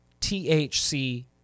THC